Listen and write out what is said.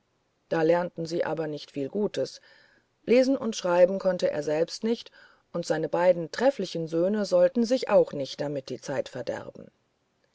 da lernten sie aber nicht viel gutes lesen und schreiben konnte er selbst nicht und seine beiden trefflichen söhne sollten sich auch nicht die zeit damit verderben